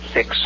Six